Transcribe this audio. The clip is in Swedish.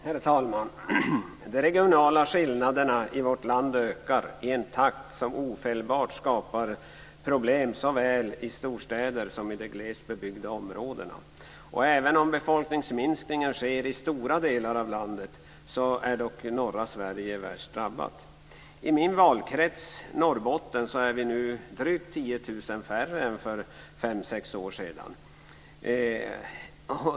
Herr talman! De regionala skillnaderna i vårt land ökar i en takt som ofelbart skapar problem såväl i storstäder som i de glest bebyggda områdena. Även om befolkningsminskningen sker i stora delar av landet är dock norra Sverige värst drabbat. I min valkrets, Norrbotten, är vi nu drygt 10 000 färre än för fem sex år sedan.